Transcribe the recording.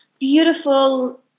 Beautiful